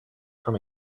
from